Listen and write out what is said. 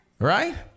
Right